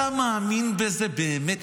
אתה מאמין בזה באמת?